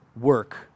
work